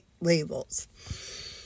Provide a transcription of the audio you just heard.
labels